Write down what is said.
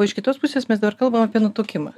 o iš kitos pusės mes dabar kalbam apie nutukimą